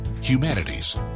humanities